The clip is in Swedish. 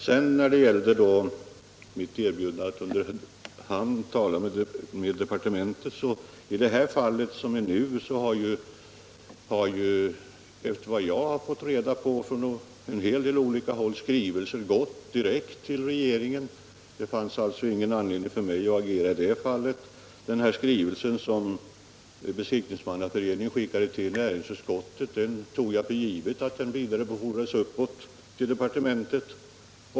När det sedan gäller mitt erbjudande att under hand tala med departementet, så har i det aktuella fallet, efter vad jag har fått reda på från olika håll, skrivelser gått direkt till regeringen. Det finns alltså ingen anledning för mig att agera i det fallet. Skrivelsen från Besiktningsmannaföreningen, som skickades till näringsutskottet, tog jag för givet hade vidarebefordrats till departementet.